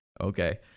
okay